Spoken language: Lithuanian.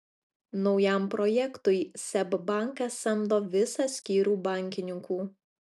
naujam projektui seb bankas samdo visą skyrių bankininkų